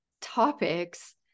topics